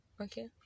okay